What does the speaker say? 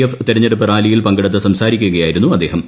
F തിരഞ്ഞെടുപ്പ് റാലിയിൽ പങ്കെടുത്ത് സംസാരിക്കു കയായിരുന്നു അദ്ദേഹം